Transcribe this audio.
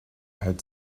had